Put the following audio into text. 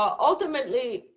ultimately,